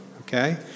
okay